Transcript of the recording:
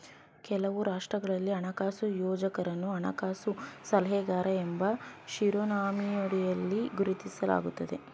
ಕೆಲವು ರಾಷ್ಟ್ರಗಳಲ್ಲಿ ಹಣಕಾಸು ಯೋಜಕರನ್ನು ಹಣಕಾಸು ಸಲಹೆಗಾರ ಎಂಬ ಶಿರೋನಾಮೆಯಡಿಯಲ್ಲಿ ಗುರುತಿಸಲಾಗುತ್ತದೆ